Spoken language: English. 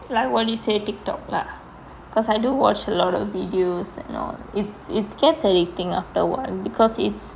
like what you say Tiktok lah because I do watch a lot of videos and all it it's gets addicting after a while because it's